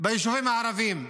ביישובים הערביים,